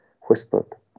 whispered